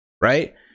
right